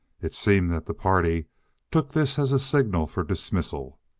it seemed that the party took this as a signal for dismissal.